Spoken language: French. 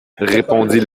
répondit